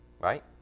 right